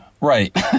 Right